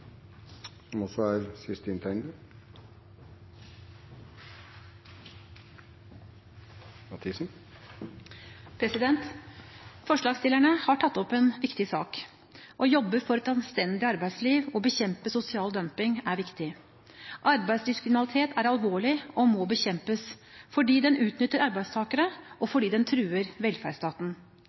som et solidarisk, godt velferdssamfunn for alle. Forslagsstillerne har tatt opp en viktig sak. Å jobbe for et anstendig arbeidsliv og bekjempe sosial dumping er viktig. Arbeidslivskriminalitet er alvorlig og må bekjempes, fordi den utnytter arbeidstakere, og fordi den truer velferdsstaten.